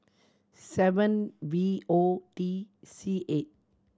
seven V O T C eight